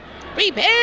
prepare